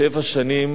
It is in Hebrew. שבע שנים